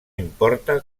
importa